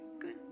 Good